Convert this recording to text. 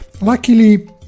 Luckily